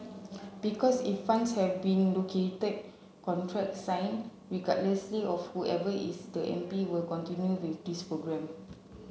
because if funds have been located contracts signed regardless of whoever is the M P will continue with this programme